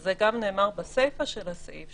וזה גם נאמר בסיפא של הסעיף,